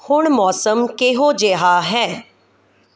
ਹੁਣ ਮੌਸਮ ਕਿਹੋ ਜਿਹਾ ਹੈ